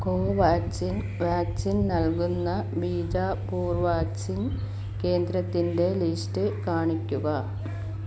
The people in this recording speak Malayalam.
കോവാക്സിൻ വാക്സിൻ നൽകുന്ന ബീജാപൂർ വാക്സിൻ കേന്ദ്രത്തിൻ്റെ ലിസ്റ്റ് കാണിക്കുക